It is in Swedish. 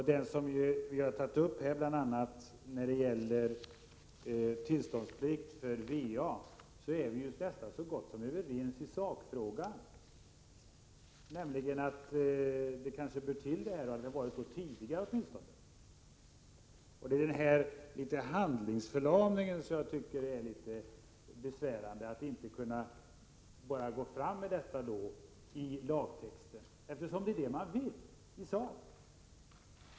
a. i den reservation som vi har tagit upp här om tillståndsplikt för va-anläggning är vi så gott som överens i sakfrågan, nämligen att det kanske hör till och att det har varit så tidigare. Det är denna handlingsförlamning som jag tycker är besvärande, att man inte kan få fram med detta i lagtexten, när det är detta man vill i sak.